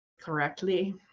correctly